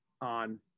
on